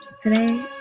Today